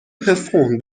performed